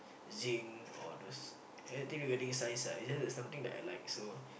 zinc or all those everything regarding science ah it's just that something that I like so